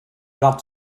glad